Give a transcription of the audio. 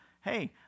Hey